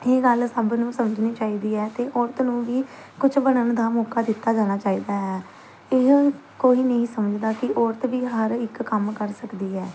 ਇਹ ਗੱਲ ਸਭ ਨੂੰ ਸਮਝਣੀ ਚਾਹੀਦੀ ਹੈ ਅਤੇ ਔਰਤ ਨੂੰ ਵੀ ਕੁਛ ਬਣਨ ਦਾ ਮੌਕਾ ਦਿੱਤਾ ਜਾਣਾ ਚਾਹੀਦਾ ਹੈ ਇਹ ਕੋਈ ਨਹੀਂ ਸਮਝਦਾ ਕਿ ਔਰਤ ਵੀ ਹਰ ਇੱਕ ਕੰਮ ਕਰ ਸਕਦੀ ਹੈ